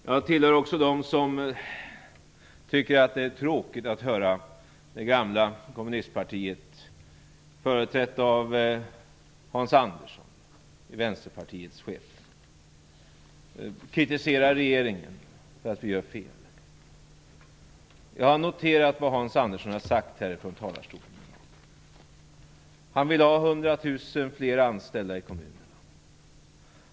Jag tillhör också dem som tycker att det är tråkigt att höra det gamla kommunistpartiet, i vänsterpartiets skepnad företrätt av Hans Andersson, kritisera regeringen för att vi gör fel. Jag har noterat vad Hans Andersson har sagt här från talarstolen. Han vill ha 100 000 fler anställda i kommunerna.